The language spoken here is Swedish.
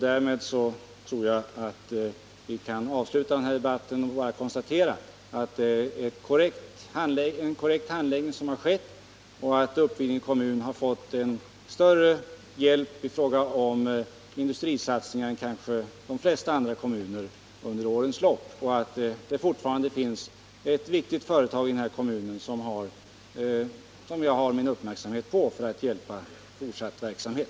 Därmed tror jag att vi kan avsluta debatten och bara konstatera att det är en korrekt handläggning som skett, att Uppvidinge kommun fått en större hjälp i fråga om industrisatsningar än kanske de flesta andra kommuner under årens lopp och att det fortfarande finns ett viktigt företag inom kommunen som jag har min uppmärksamhet på för att hjälpa till fortsatt verksamhet.